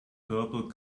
purple